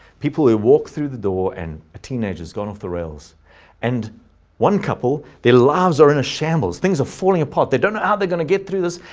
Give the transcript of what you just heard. people who walk through the door and a teenager has gone off the rails and one couple the lives are in a shambles. things are falling apart. they don't know how they're going to get through this.